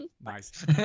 Nice